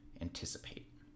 Anticipate